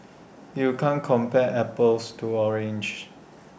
you can't compare apples to oranges